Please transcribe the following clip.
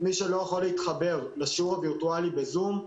מי שלא יכול להתחבר לשעירו הווירטואלי בזום,